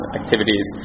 activities